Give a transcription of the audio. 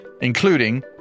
including